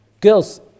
Girls